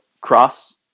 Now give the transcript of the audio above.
cross